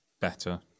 better